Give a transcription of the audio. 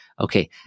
okay